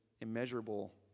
immeasurable